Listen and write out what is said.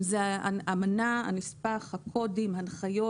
אם זה האמנה, הנספח, הקודים, הנחיות.